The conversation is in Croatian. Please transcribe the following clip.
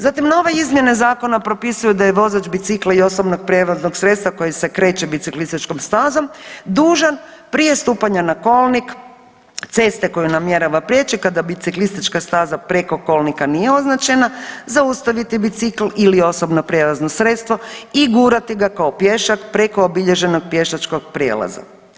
Zatim nove izmjene zakona propisuju da je vozač bicikla i osobnog prijevoznog sredstva koji se kreće biciklističkom stazom dužan prije stupanja na kolnik ceste koju namjerava prijeći kada biciklistička staza preko kolnika nije označena zaustaviti bicikl ili osobno prijevozno sredstvo i gurati ga kao pješak preko obilježenog pješačkog prijelaza.